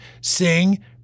sing